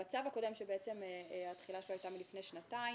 בצו הקודם שהתחילה שלו הייתה לפני שנתיים,